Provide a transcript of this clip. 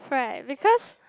fried because